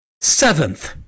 Seventh